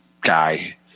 guy